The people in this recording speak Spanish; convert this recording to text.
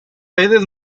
redes